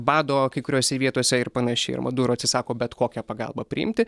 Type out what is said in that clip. bado kai kuriose vietose ir panašiai ir maduro atsisako bet kokią pagalbą priimti